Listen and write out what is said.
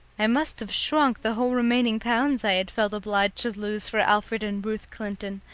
i must have shrunk the whole remaining pounds i had felt obliged to lose for alfred and ruth clinton,